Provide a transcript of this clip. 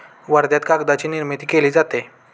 वर्ध्यात कागदाची निर्मिती केली जाते